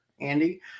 Andy